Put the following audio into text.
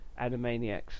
Animaniacs